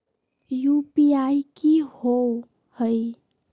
UPI कि होअ हई?